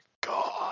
God